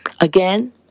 Again